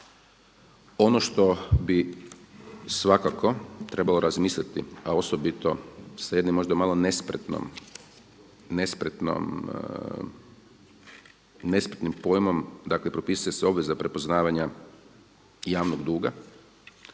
Ono što bih svakako trebalo razmisliti, a osobito sa jednom možda nespretnim pojmom, dakle propisuje se obveza prepoznavanja javnog duga,